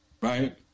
right